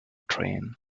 train